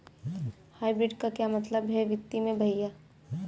Hybrid का क्या मतलब है वित्तीय में भैया?